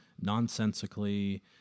nonsensically